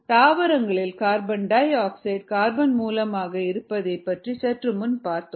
தாவரங்களில் carbon dioxide carbon மூலமாக இருப்பதைப் பற்றி சற்று முன் பார்த்தோம்